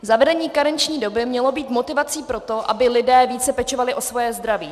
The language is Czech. Zavedení karenční doby mělo být motivací pro to, aby lidé více pečovali o své zdraví.